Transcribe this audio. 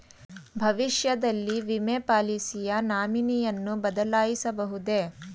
ಭವಿಷ್ಯದಲ್ಲಿ ವಿಮೆ ಪಾಲಿಸಿಯ ನಾಮಿನಿಯನ್ನು ಬದಲಾಯಿಸಬಹುದೇ?